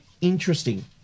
interesting